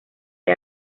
hay